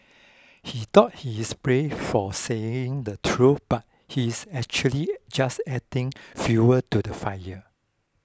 he thought he is brave for saying the truth but he is actually just adding fuel to the fire